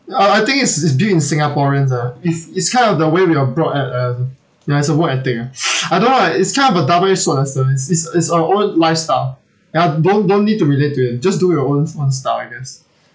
ya I I think is is built in singaporeans ah is is kind of the way we are brought up and ya it's a work ethic ah I don't know lah it's kind of a double sort of service is is our own lifestyle ya don't don't need to relate to it just do your owns own style I guess